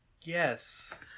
Yes